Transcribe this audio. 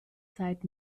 zeit